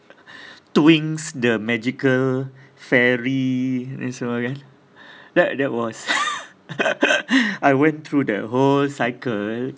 twinx the magical fairy ini semua kan that that was I went through the whole cycle